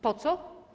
Po co?